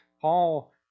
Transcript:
Paul